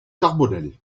carbonel